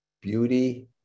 beauty